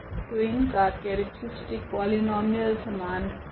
तो इनका characteristic polynomial समान होगा